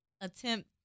attempt